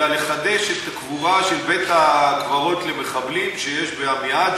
אלא לחדש את הקבורה בבית-הקברות למחבלים שיש בעמיעד,